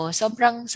sobrang